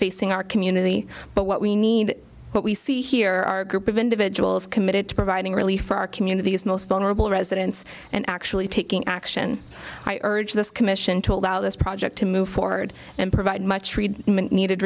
facing our community but what we need what we see here are group of individuals committed to providing relief for our communities most vulnerable residents and actually taking action i urge this commission told on this project to move forward and provid